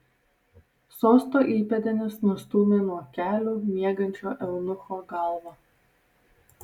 sosto įpėdinis nustūmė nuo kelių miegančio eunucho galvą